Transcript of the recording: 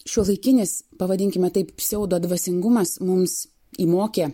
šiuolaikinis pavadinkime taip pseudo dvasingumas mums įmokė